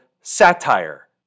satire